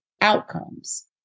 outcomes